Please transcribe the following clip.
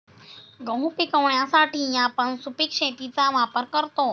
गहू पिकवण्यासाठी आपण सुपीक शेतीचा वापर करतो